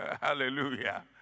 Hallelujah